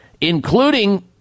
Including